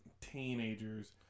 teenagers